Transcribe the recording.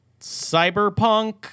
cyberpunk